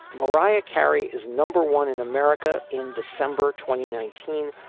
mariah carey is number one in america. in december twenty nineteen.